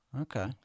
Okay